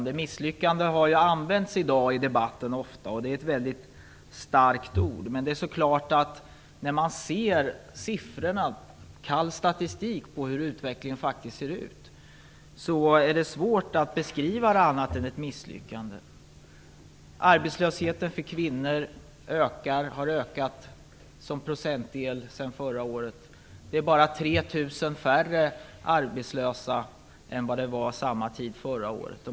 Ordet misslyckande har ofta använts i debatten i dag, och det är ett väldigt starkt ord. Men det är klart att när man ser statistiken över utvecklingen är det svårt att hitta någon annan beskrivning än ett misslyckande. Arbetslösheten för kvinnor har procentuellt ökat sedan förra året. Det är bara 3 000 färre arbetslösa kvinnor än vad det var vid samma tid förra året.